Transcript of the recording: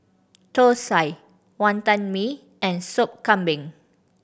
thosai Wantan Mee and Sop Kambing